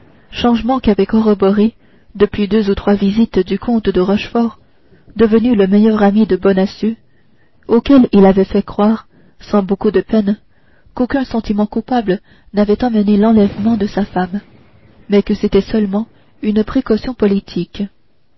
et qu'avaient corroboré depuis deux ou trois visites du comte de rochefort devenu le meilleur ami de bonacieux auquel il avait fait croire sans beaucoup de peine qu'aucun sentiment coupable n'avait amené l'enlèvement de sa femme mais que c'était seulement une précaution politique